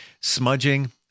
smudging